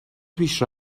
پیش